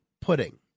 pudding